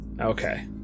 Okay